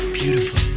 beautiful